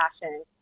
passion